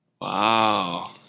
Wow